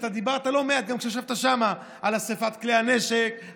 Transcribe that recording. אתה דיברת לא מעט גם כשישבת שם על איסוף כלי הנשק,